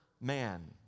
man